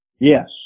Yes